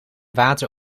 water